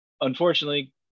unfortunately